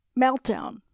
meltdown